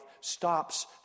stops